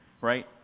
right